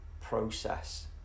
process